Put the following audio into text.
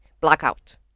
blackout